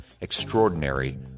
extraordinary